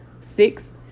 six